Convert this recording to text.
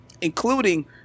including